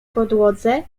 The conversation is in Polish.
podłodze